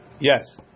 Yes